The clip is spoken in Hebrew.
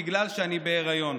בגלל שאני בהיריון.